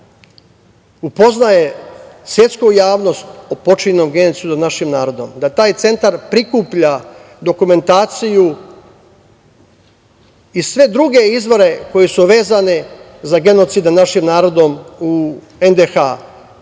upoznaje svetsku javnost o počinjenom genocidu nad našim narodom, da taj centar prikuplja dokumentaciju i sve druge izvore koji su vezane za genocid nad našim narodom u NDH.Taj